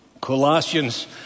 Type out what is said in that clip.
Colossians